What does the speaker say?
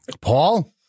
Paul